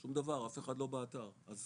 שום דבר, אף אחד לא באתר אז